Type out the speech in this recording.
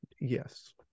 yes